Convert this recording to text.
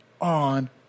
on